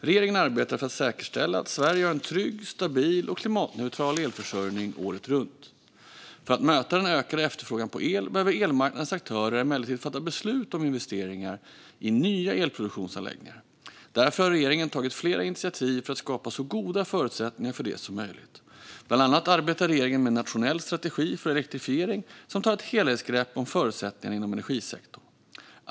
Regeringen arbetar för att säkerställa att Sverige har en trygg, stabil och klimatneutral elförsörjning året runt. För att möta den ökade efterfrågan på el behöver elmarknadens aktörer emellertid fatta beslut om investeringar i nya elproduktionsanläggningar. Därför har regeringen tagit flera initiativ för att skapa så goda förutsättningar för det som möjligt. Bland annat arbetar regeringen med en nationell strategi för elektrifiering som tar ett helhetsgrepp om förutsättningarna inom energisektorn.